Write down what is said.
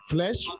Flesh